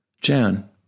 Jan